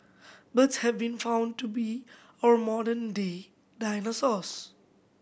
birds have been found to be our modern day dinosaurs